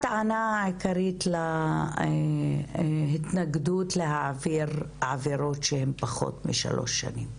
מה הטענה העיקרית להתנגדות להעביר עבירות שהן פחות משלוש שנים?